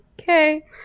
okay